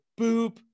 boop